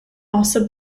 also